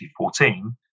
2014